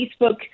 Facebook